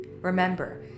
Remember